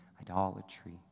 idolatry